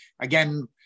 again